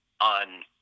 on